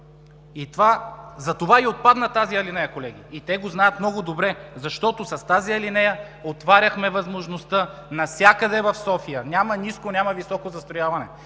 Затова и отпадна тази алинея, колеги. И те го знаят много добре. Защото с тази алинея отваряхме възможността навсякъде в София – няма ниско, няма високо застрояване,